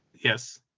yes